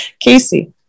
Casey